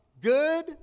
Good